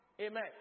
Amen